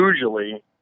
usually